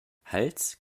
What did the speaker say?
hals